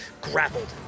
grappled